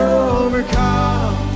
overcome